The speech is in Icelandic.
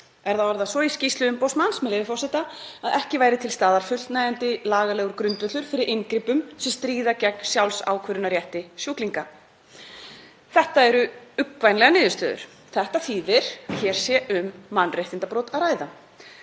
Er það orðað svo í skýrslu umboðsmanns, með leyfi forseta, að ekki væri til staðar fullnægjandi lagalegur grundvöllur fyrir inngripum sem stríða gegn sjálfsákvörðunarrétti sjúklinga. Þetta eru uggvænlegar niðurstöður. Þetta þýðir að hér sé um mannréttindabrot að ræða.